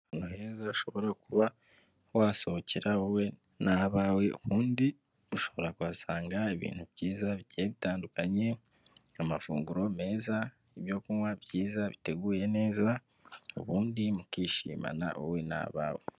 Ahantu heza ushobora kuba wasohokera wowe n'abawe, ubundi ushobora kuhasanga ibintu byiza bigiye bidatukanye, amafunguro meza, ibyo kunywa byiza, biteguye neza ubundi mukishimana wowe n'abawe.